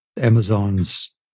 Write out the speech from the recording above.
Amazon's